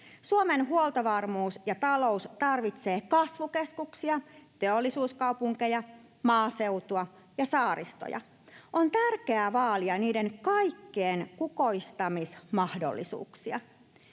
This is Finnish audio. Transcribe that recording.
Suomen huoltovarmuus ja talous tarvitsee kasvukeskuksia, teollisuuskaupunkeja, maaseutua ja saaristoja. On tärkeä vaalia niiden kaikkien kukoistamismahdollisuuksia.